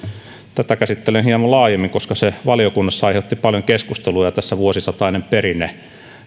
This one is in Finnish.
tätä käsittelen hieman laajemmin koska se valiokunnassa aiheutti paljon keskustelua ja tässä vuosisataista perinnettä